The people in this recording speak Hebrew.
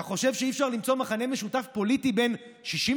אתה חושב שאי-אפשר למצוא מכנה משותף פוליטי בין 61